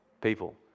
people